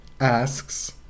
asks